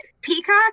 peacock